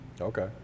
Okay